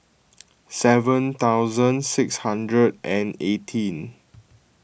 seven thousand six hundred and eighteen